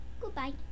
Goodbye